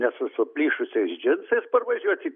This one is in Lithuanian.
ne su suplyšusiais džinsais parvažiuot į